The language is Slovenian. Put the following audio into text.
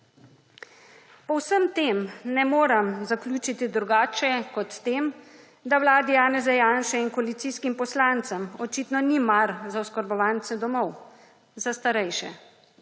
Po vsem tem ne morem zaključiti drugače, kot s tem, da vladi Janeza Janše in koalicijskim poslancem očitno ni mar za oskrbovance domov, za starejše.